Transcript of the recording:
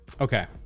Okay